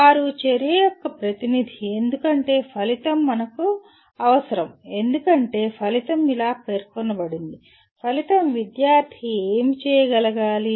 వారు చర్య యొక్క ప్రతినిధి ఎందుకంటే ఫలితం మనకు అవసరం ఎందుకంటే ఫలితం ఇలా పేర్కొనబడింది ఫలితం విద్యార్థి ఏమి చేయగలగాలి